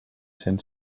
cents